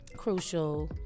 Crucial